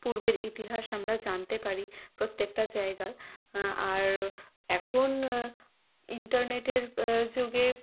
পূর্বের ইতিহাস আমরা জানতে পারি প্রত্যেকটা জায়গার আর এখন ইন্টারনেটের যুগে